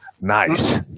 Nice